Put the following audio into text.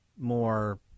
more